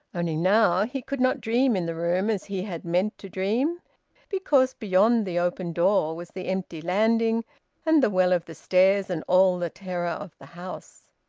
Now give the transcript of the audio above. only, now, he could not dream in the room as he had meant to dream because beyond the open door was the empty landing and the well of the stairs and all the terror of the house.